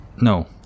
no